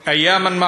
אחריו,